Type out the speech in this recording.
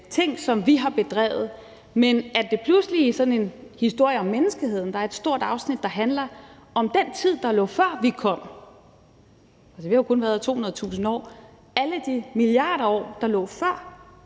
ting, som vi har bedrevet. Men at der pludselig i sådan en historie om menneskeheden er et stort afsnit, der handler om den tid, der lå før, vi kom – vi har jo kun været her i 200.000 år – altså alle de milliarder af år, der lå før,